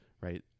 right